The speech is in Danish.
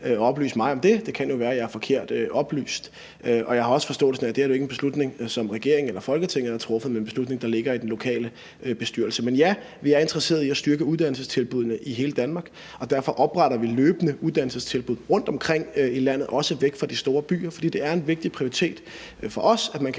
at oplyse mig om det; det kan jo være, at jeg er forkert oplyst. Og jeg har også forståelsen af, at det her ikke er en beslutning, som regeringen eller Folketinget har truffet, men en beslutning, der ligger i den lokale bestyrelse. Men ja, vi er interesserede i at styrke uddannelsestilbuddene i hele Danmark, og derfor opretter vi løbende uddannelsestilbud rundtomkring i landet, også væk fra de store byer. For det er en vigtig prioritet for os, at man kan